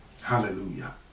hallelujah